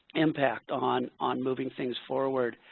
impact on on moving things forward.